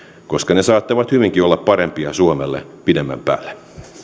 koska ne saattavat hyvinkin olla parempia suomelle pidemmän päälle